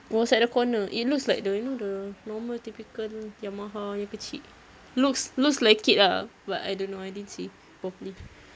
it was at the corner it looks like the you know the normal typical Yamaha yang kecil looks looks like it ah but I don't know I didn't see properly